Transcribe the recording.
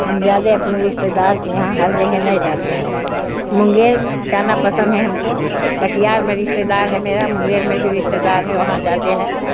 ہم زیادہ اپنے رشتےدار کے یہاں ہر جگہ نہیں جاتے ہیں منگیر جانا پسند ہے ہم کو کٹھیار میں رشتےدار ہے میرا منگیر میں بھی رشتےدار ہے وہاں جاتے ہیں